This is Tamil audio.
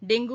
டெங்கு